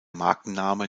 markenname